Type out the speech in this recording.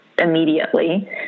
Immediately